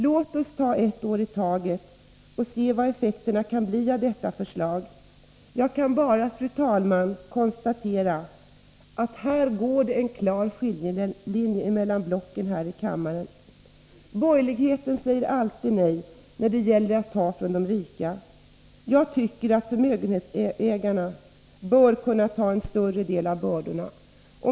Låt oss ta ett år och se vad effekterna blir av detta förslag. Jag kan bara, fru talman, konstatera att en klar skiljelinje här går mellan blocken i kammaren. Borgerligheten säger alltid nej när det gäller att ta från de rika. Jag tycker att förmögenhetsägarna bör kunna bära en större del av bördorna.